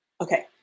Okay